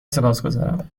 سپاسگزارم